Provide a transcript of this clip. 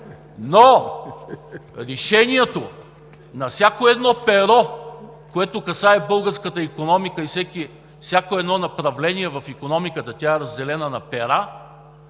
Решението на всяко едно перо, което касае българската икономика и всяко едно направление в икономиката – тя е разделена на пера,